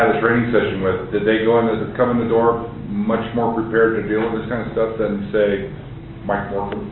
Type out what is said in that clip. session with, did they come in the door much more prepared to deal with this kind of stuff than say mike morcum